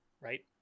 Right